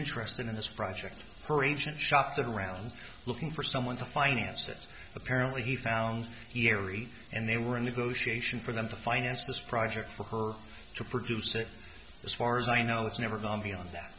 interested in this project her agent shopped around looking for someone to finance it apparently he found here eight and they were in negotiation for them to finance this project for her to produce it as far as i know it's never gone beyond that